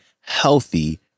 healthy